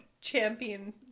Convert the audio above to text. champion